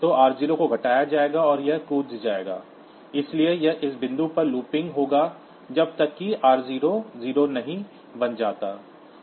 तो r0 को घटाया जाएगा और यह जंप जाएगा इसलिए यह इस बिंदु पर लूपिंग होगा जब तक कि r0 0 नहीं बन जाता है